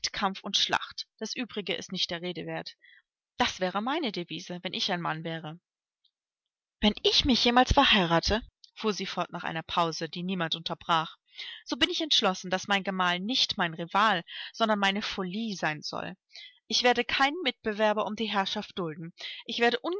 kampf schlacht das übrige ist nicht der rede wert das wäre meine devise wenn ich ein mann wäre wenn ich mich jemals verheirate fuhr sie fort nach einer pause die niemand unterbrach so bin ich entschlossen daß mein gemahl nicht mein rival sondern meine folie sein soll ich werde keinen mitbewerber um die herrschaft dulden ich werde